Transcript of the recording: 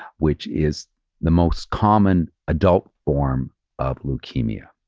which is the most common adult form of leukemia.